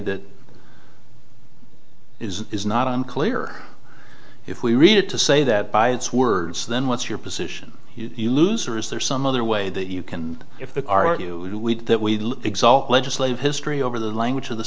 that is not unclear if we read it to say that by its words then what's your position you lose or is there some other way that you can if there are you that we exult legislative history over the language of the